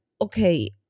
okay